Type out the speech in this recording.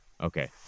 Okay